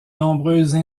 nombreuses